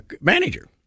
manager